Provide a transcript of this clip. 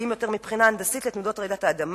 פגיעים יותר מבחינה הנדסית לתנודות רעידת האדמה.